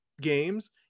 games